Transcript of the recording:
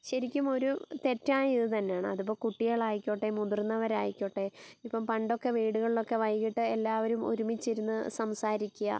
ശരിക്കും ഒരു തെറ്റായ ഇത് തന്നെയാണ് അതിപ്പോൾ കുട്ടികളായിക്കോട്ടെ മുതിർന്നവരായിക്കോട്ടെ ഇപ്പം പണ്ടൊക്കെ വീടുകളിലൊക്കെ വൈകിയിട്ട് എല്ലാവരും ഒരുമിച്ചിരുന്ന് സംസാരിക്കുക